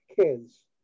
Kids